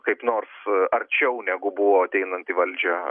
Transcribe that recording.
kaip nors arčiau negu buvo ateinanti valdžia